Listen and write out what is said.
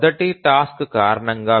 మొదటి టాస్క్ కారణంగా వినియోగం 0